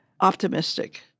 optimistic